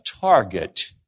target